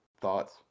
thoughts